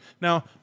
Now